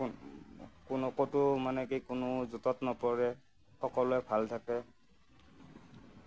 কোনো ক'তো মানে কি জোঁটত নপৰে সকলোৱে ভাল থাকে